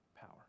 power